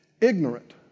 ignorant